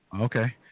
Okay